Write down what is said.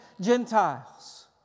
Gentiles